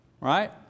right